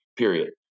period